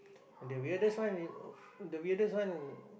the weirdest one